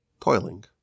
Toiling